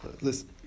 Listen